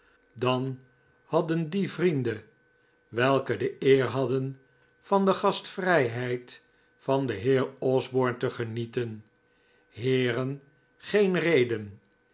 dan hadden die vrienden welke de eer hadden van de gastvrijheid van den heer osborne te genieten heeren geen reden